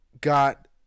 got